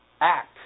act